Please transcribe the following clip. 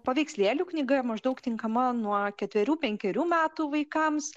paveikslėlių knyga maždaug tinkama nuo ketverių penkerių metų vaikams